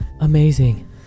Amazing